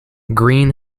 green